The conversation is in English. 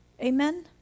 Amen